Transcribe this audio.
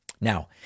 Now